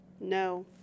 No